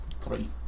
three